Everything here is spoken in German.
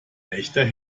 echter